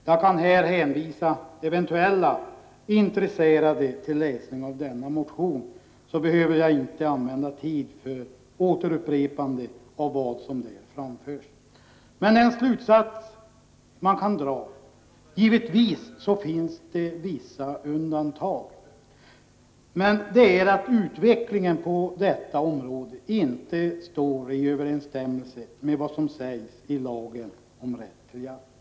Jag kan hänvisa eventuella intresserade till läsning av denna motion, så behöver jag inte använda tid för upprepande av vad som där framförs. Den slutsats som man kan dra — givetvis finns det vissa undantag — är att utvecklingen på detta — Prot. 1985/86:32 område inte står i överensstämmelse med vad som sägs i lagen om rätt till 20 november 1985 jakt.